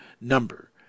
number